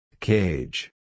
Cage